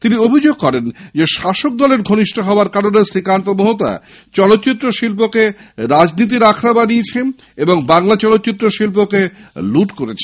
তিনি অভিযোগ করেন শাসক দলের ঘনিষ্ঠ হওয়ার কারণে শ্রীকান্ত মোহতা চলচ্চিত্র শিল্পকে রাজনীতির আখড়া বানিয়েছে এবং বাংলা চলচ্চিত্র শিল্পকে লুঠ করেছে